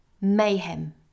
mayhem